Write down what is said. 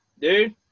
Dude